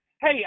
hey